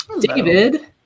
David